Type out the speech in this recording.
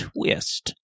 twist